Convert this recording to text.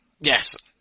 Yes